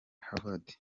harvard